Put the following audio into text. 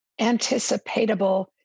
anticipatable